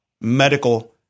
medical